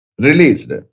released